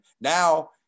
now